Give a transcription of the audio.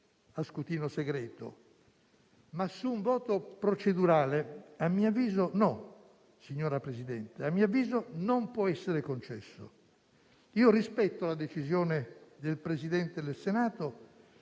scrutinio segreto. Ma su un voto procedurale, signora Presidente, a mio avviso non può essere concesso. Io rispetto la decisione del Presidente del Senato,